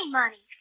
money